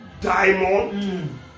diamond